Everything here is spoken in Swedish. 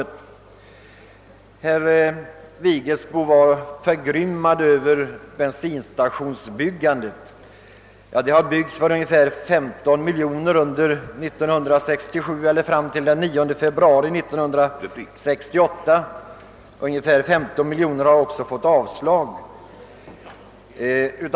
Herr Vigelsbo var förgrymmad över bensinstationsbyggandet. Det har byggts för ungefär 15 miljoner kronor under 1967 och fram till den 9 februari 1968, och man har också givit avslag på ansökningar om byggen för ungefär 15 miljoner kronor.